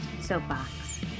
Soapbox